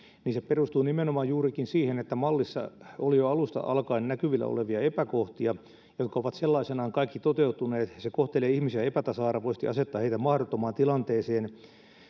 perustuu nimenomaan juurikin siihen että mallissa oli jo alusta alkaen näkyvillä olevia epäkohtia jotka ovat sellaisenaan kaikki toteutuneet ja se kohtelee ihmisiä epätasa arvoisesti asettaa heidät mahdottomaan tilanteeseen